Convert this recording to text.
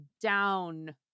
down